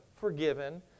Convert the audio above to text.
forgiven